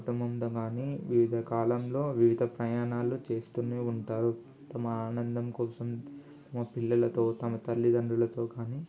కుటుంబంతోకానీ వివిధ కాలంలో వివిధ ప్రయాణాలు చేస్తూనే ఉంటారు తమ ఆనందం కోసం తమ పిల్లలతో తమ తల్లిదండ్రులతోకానీ